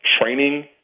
training